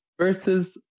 versus